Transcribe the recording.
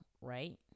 Right